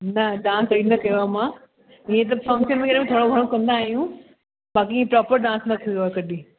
न डांस कॾहिं न कयो आहे मां ईअं त फ़क्शन वग़ैरह में थोरो घणो कंदा आहियूं बाक़ी प्रोपर डांस न कयो आहे कॾहिं